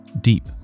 deep